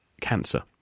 cancer